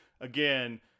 Again